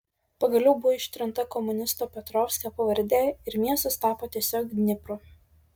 pagaliau buvo ištrinta komunisto petrovskio pavardė ir miestas tapo tiesiog dnipru